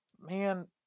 man